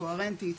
קוהרנטית,